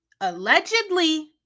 allegedly